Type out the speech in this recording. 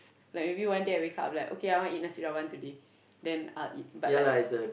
like maybe one day I wake up like okay I wanna eat Nasi-Rawan today then I'll eat but like